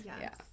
yes